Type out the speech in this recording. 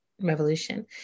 revolution